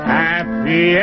happy